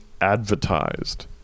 advertised